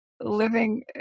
living